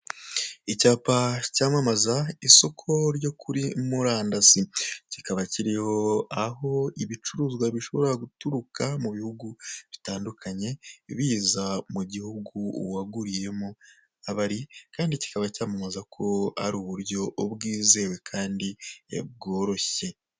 Icyapa cyamamaza isoko ryo kuri murandasi, kikaba kiriho aho ibicuruzwa bishobora guturuka mu bihugu bitandukanye biza mu gihugu waguriyemo, abari kandi kikaba cyamamaza ko ari uburyo bwizewe kandi bworoshye.